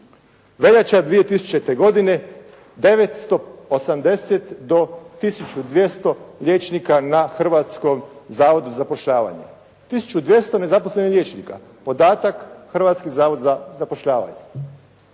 Veljača 2000. godine 980 do 1200 liječnika na Hrvatskom zavodu za zapošljavanje. 1200 nezaposlenih liječnika, podatak Hrvatski zavod za zapošljavanje.